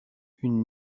une